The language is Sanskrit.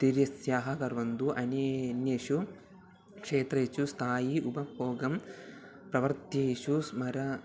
तिर्यस्य कुर्वन्तु अनन्येषु क्षेत्रेषु स्थायी उपयोगं प्रवर्त्येषु स्मर